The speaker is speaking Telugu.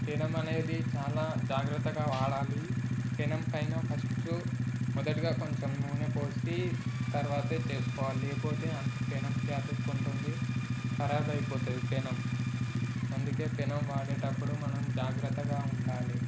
పెనం అనేది చాలా జాగ్రత్తగా వాడాలి పెనం పైన ఫస్ట్ మొదటిగా కొంచెం నూనె పోసి తరువాతే చేసుకోవాలి లేకపోతే అంతా పెనంకే అతుక్కుంటుంది కరాబ అయిపోతుంది పెనం అందుకే పెనం వాడేటప్పుడు మనం జాగ్రత్తగా ఉండాలి